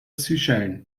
seychellen